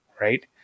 right